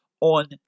on